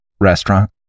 restaurant